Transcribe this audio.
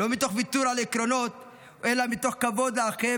לא מתוך ויתור על עקרונות אלא מתוך כבוד לאחר,